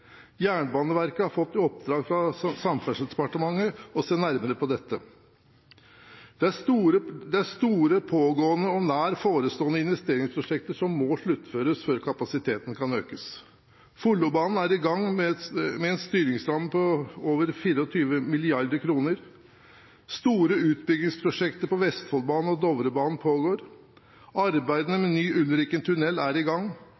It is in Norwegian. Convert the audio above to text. Jernbaneverket har fått i oppdrag av Samferdselsdepartementet å se nærmere på dette. Det er store pågående og nær forestående investeringsprosjekter som må sluttføres før kapasiteten kan økes. Follobanen er i gang med en styringsramme på over 24 mrd. kr, store utbyggingsprosjekter på Vestfoldbanen og Dovrebanen pågår, arbeidene med ny Ulrikentunnel er i gang,